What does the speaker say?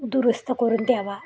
दुरुस्त करून द्यावा